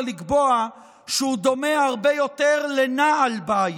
לקבוע שהוא דומה הרבה יותר לנעל בית,